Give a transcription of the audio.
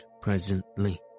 presently